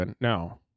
No